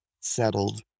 settled